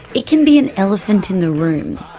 it can be an elephant in the room.